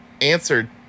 answered